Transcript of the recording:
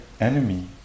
enemy